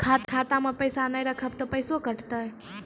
खाता मे पैसा ने रखब ते पैसों कटते?